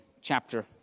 chapter